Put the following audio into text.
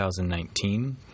2019